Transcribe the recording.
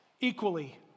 equally